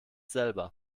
selber